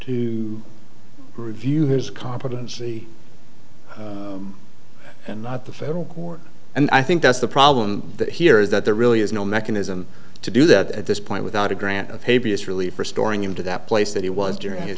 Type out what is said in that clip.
to review his competency and not the federal court and i think that's the problem here is that there really is no mechanism to do that at this point without a grant of hay vs relief restoring him to that place that he was during